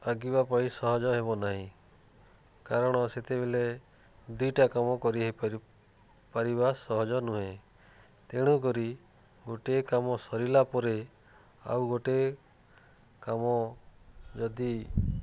ଆଙ୍କିବା ପାଇଁ ସହଜ ହେବ ନାହିଁ କାରଣ ସେତେବେଳେ ଦୁଇଟା କାମ କରିହୋଇପାରି ପାରିବା ସହଜ ନୁହେଁ ତେଣୁକରି ଗୋଟିଏ କାମ ସରିଲା ପରେ ଆଉ ଗୋଟେ କାମ ଯଦି